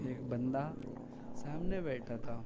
ایک بندہ سامنے بیٹھا تھا